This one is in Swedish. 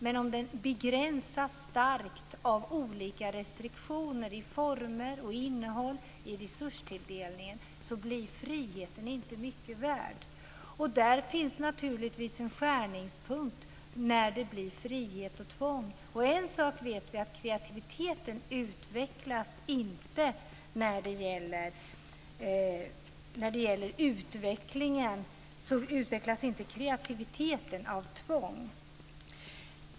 Men om den begränsas starkt av olika restriktioner i form och innehåll och i resurstilldelning blir friheten inte mycket värd. Där finns det naturligtvis en skärningspunkt mellan frihet och tvång. En sak vet vi. Det är att kreativiteten inte utvecklas av tvång.